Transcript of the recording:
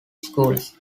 schools